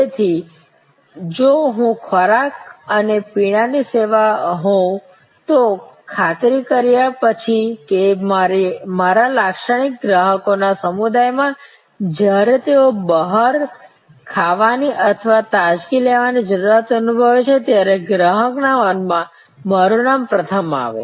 તેથી જો હું ખોરાક અને પીણા ની સેવા હોઉં તો ખાતરી કર્યા પછી કે મારા લક્ષિત ગ્રાહકોના સમુદાયમાં જ્યારે તેઓ બહાર ખાવાની અથવા તાજગી લેવાની જરૂરિયાત અનુભવે ત્યારે ગ્રાહકના મનમાં મારું નામ પ્રથમ આવે